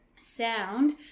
sound